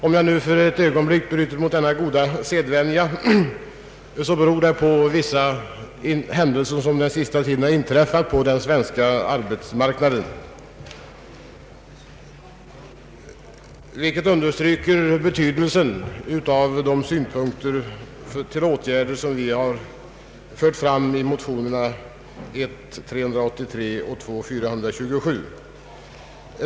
Om jag nu för ett ögonblick bryter mot denna gode sedvänja beror det på vissa händelser som under den senaste tiden har inträffat på den svenska arbetsmarknaden och som understryker betydelsen av de åtgärder som vi har fört fram i motionerna I: 383 och II: 427.